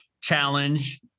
challenge